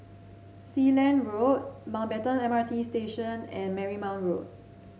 Sealand Road Mountbatten M R T Station and Marymount Road